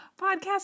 podcast